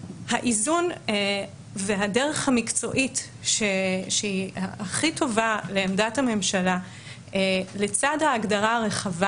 האיזון והדרך המקצועית הכי טובה לעמדת הממשלה לצד ההגדרה הרחבה